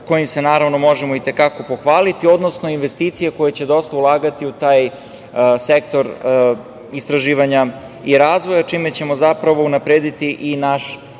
kojim se naravno možemo i te kako pohvaliti, odnosno investicije koje će dosta ulagati u taj sektor istraživanja i razvoja čime ćemo zapravo unaprediti i naš